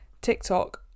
TikTok